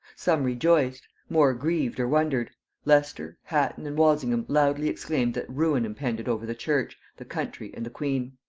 some rejoiced more grieved or wondered leicester, hatton and walsingham loudly exclaimed that ruin impended over the church, the country, and the queen.